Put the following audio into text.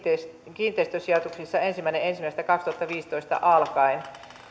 kiinteistösijoituksissa ensimmäinen ensimmäistä kaksituhattaviisitoista alkaen